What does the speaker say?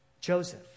Joseph